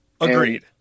Agreed